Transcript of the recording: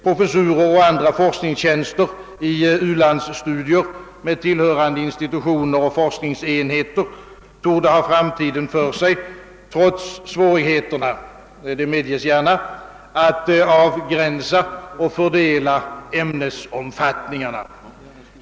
Professurer och andra forskningstjänster i u-landsstudier med tillhörande institutioner och forskningsenheter torde ha framtiden för sig trots svårigheterna — det medges gärna att sådana finns — att avgränsa och fördela ämnesomfattningarna.